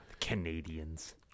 Canadians